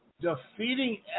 defeating